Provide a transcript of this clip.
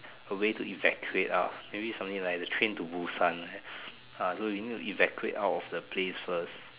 a way to evacuate ah out maybe something like the train-to-Busan uh so you need to evacuate out of the place first